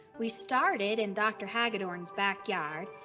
we started in dr. hagadorn's back yard.